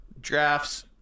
drafts